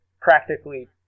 practically